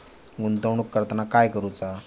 गुंतवणूक करताना काय करुचा?